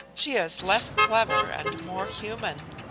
she is less clever and more human.